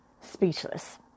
speechless